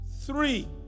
three